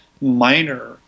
minor